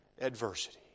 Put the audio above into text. adversity